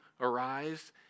arise